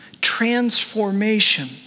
transformation